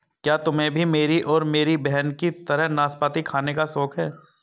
क्या तुम्हे भी मेरी और मेरी बहन की तरह नाशपाती खाने का शौक है?